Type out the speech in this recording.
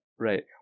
Right